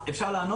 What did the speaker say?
אני לא עונה